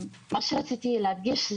מה שרציתי להדגיש,